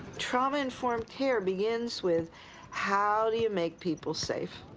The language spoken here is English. trauma-informed care begins with how do you make people safe?